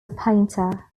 painter